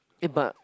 eh but